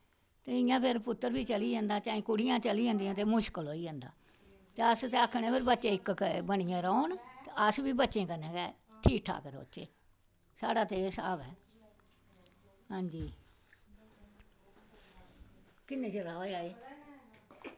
ते मन्नी जाओ ठीक ठाक होंदा ते घर बस्सी जंदे ते इ'यां पुत्तर चली जंदा जां कुड़ियां चली जंदियां बड़ा मुशकल होई जंदा ते अस आक्खने की बच्चे इक जैसे रौह्न अस बी बच्चे कन्नै गै ठीक ठाक बच्चे साढ़ा केह् साथ ऐ